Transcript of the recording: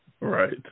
Right